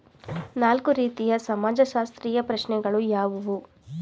ನಾಲ್ಕು ರೀತಿಯ ಸಮಾಜಶಾಸ್ತ್ರೀಯ ಪ್ರಶ್ನೆಗಳು ಯಾವುವು?